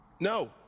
No